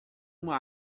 uma